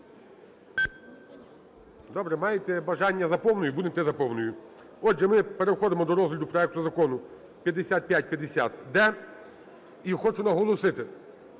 Добре, маєте бажання за повною - будемо йти за повною. Отже, ми переходимо до розгляду проекту закону 5550-д. І хочу наголосити,